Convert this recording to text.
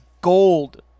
gold